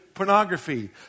pornography